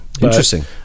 interesting